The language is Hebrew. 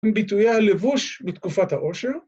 ‫מביטויי הלבוש מתקופת העושר.